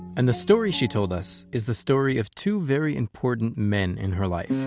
and the story she told us, is the story of two very important men in her life.